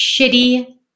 shitty